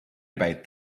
about